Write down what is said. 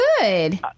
good